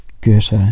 Goethe